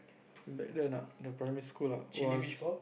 back then ah the primary school lah was